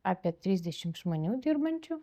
apie trisdešim žmonių dirbančių